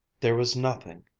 there was nothing,